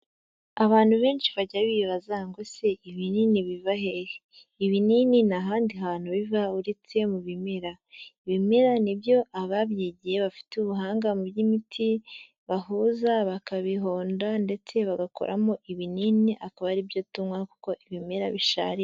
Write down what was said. Abantu benshi bajya bibaza ngo se ibinini biva hehe? Ibinini nta handi hantu biva uretse mu bimera. Ibimera ni byo ababyigiye bafite ubuhanga mu by'imiti, bahuza bakabihonda ndetse bagakoramo ibinini, akaba ari byo tuywa kuko ibimera bisharira.